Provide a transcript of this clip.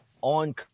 on